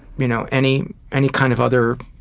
you know any any kind of other?